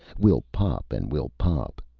we'll pop and we'll pop.